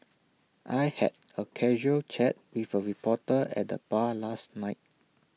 I had A casual chat with A reporter at the bar last night